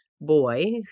boy